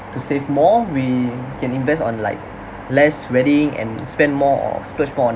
to save more we can invest on like less wedding and spend more or splurge more on